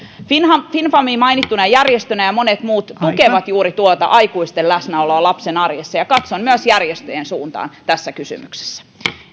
finfami finfami mainittuna järjestönä ja monet muut tukevat juuri tuota aikuisten läsnäoloa lapsen arjessa ja katson myös järjestöjen suuntaan tässä kysymyksessä